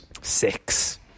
six